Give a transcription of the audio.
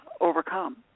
overcome